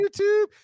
YouTube